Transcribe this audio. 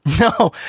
No